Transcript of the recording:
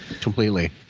completely